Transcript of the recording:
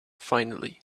finally